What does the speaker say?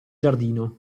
giardino